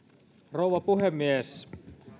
rouva puhemies